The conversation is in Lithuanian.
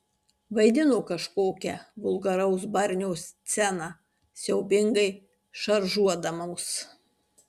vaidino kažkokią vulgaraus barnio sceną siaubingai šaržuodamos